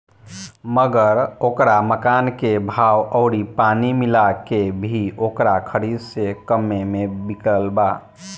मगर ओकरा मकान के भाव अउरी पानी मिला के भी ओकरा खरीद से कम्मे मे बिकल बा